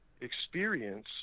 experience